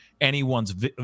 anyone's